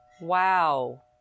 wow